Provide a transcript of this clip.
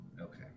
Okay